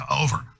over